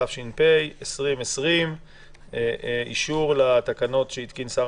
התש"ף-2020 - אישור לתקנות שהתקין שר